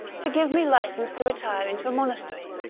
to give me licence to retire into a monastery,